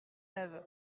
neuve